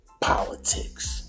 politics